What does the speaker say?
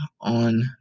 on